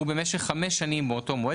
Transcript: ובמשך חמש שנים מאותו מועד.